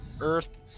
earth